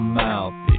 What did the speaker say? mouth